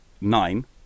nine